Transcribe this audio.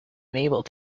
unable